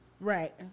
Right